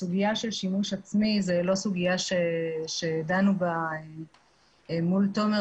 הסוגיה של שימוש עצמי לא דנו בה מול תומר,